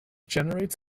generates